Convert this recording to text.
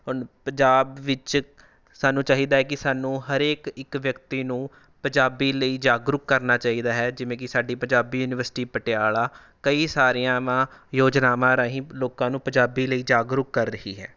ਹੁਣ ਪੰਜਾਬ ਵਿੱਚ ਸਾਨੂੰ ਚਾਹੀਦਾ ਹੈ ਕਿ ਸਾਨੂੰ ਹਰੇਕ ਇੱਕ ਵਿਅਕਤੀ ਨੂੰ ਪੰਜਾਬੀ ਲਈ ਜਾਗਰੂਕ ਕਰਨਾ ਚਾਹੀਦਾ ਹੈ ਜਿਵੇਂ ਕਿ ਸਾਡੀ ਪੰਜਾਬੀ ਯੂਨੀਵਰਸਿਟੀ ਪਟਿਆਲਾ ਕਈ ਸਾਰੀਆਂ ਯੋਜਨਾਵਾਂ ਰਾਹੀਂ ਲੋਕਾਂ ਨੂੰ ਪੰਜਾਬੀ ਲਈ ਜਾਗਰੂਕ ਕਰ ਰਹੀ ਹੈ